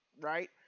right